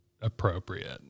appropriate